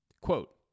Quote